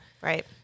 Right